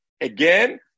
Again